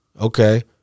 okay